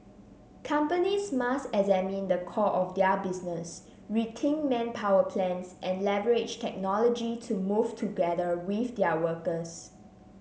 companies must examine the core of their business rethink manpower plans and leverage technology to move together with their workers